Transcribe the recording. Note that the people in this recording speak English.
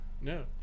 No